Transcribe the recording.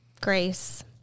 Grace